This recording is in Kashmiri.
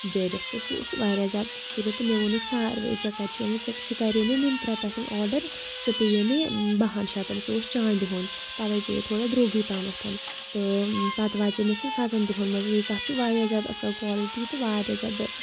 جٔرِتھ تہٕ سُہ اوس واریاہ زیادٕ خوٗبصوٗرت تہٕ مےٚ ووٚنُکھ ساروِیو ژےٚ کَتہِ چھِ اوٚنمُت ژےٚ سُہ کَرے مےٚ مِنترٛا پٮ۪ٹھ آڈَر سُہ پیٚیے مےٚ بَہَن شَتھَن سُہ اوس چاندِ ہیُٚںٛد تَوَے پیٚیے تھوڑا درٛوٚگُے پَہمَت تہٕ پَتہٕ واژے مےٚ سُہ سَتَن دۄہَن منٛز یہِ تَتھ چھُ واریاہ زیادٕ اَصٕل کالٹی تہٕ واریاہ زیادٕ